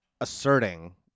asserting